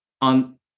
on